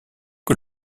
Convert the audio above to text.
que